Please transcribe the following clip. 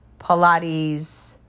Pilates